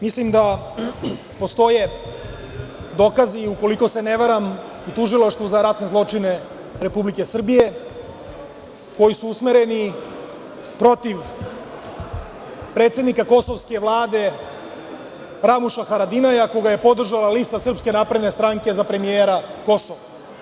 Mislim da postoje dokazi, ukoliko se ne varam, u Tužilaštvu za ratne zločine Republike Srbije, koji su usmereni protiv predsednika kosovske vlade Ramuša Haradinaja, koga je podržala lista Srpske napredne stranke za premijera Kosova.